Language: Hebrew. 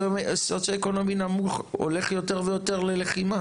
סוציואקונומי נמוך הולך יותר ויותר ללחימה